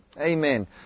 Amen